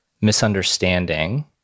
misunderstanding